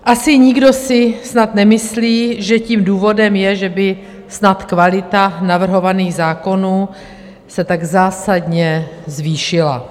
Asi nikdo si snad nemyslí, že tím důvodem je, že by snad kvalita navrhovaných zákonů se tak zásadně zvýšila.